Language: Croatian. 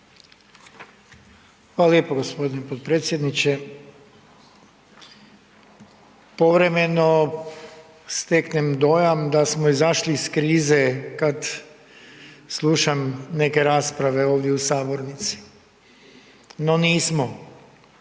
Hvala lijepo gospodine potpredsjedniče. Povremeno steknem dojam da smo izašli iz krize kad slušam neke rasprave ovdje u sabornici. No nismo.